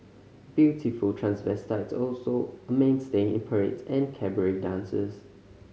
beautiful transvestites also a mainstay in parades and cabaret dances